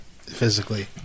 Physically